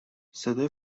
صدای